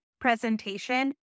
presentation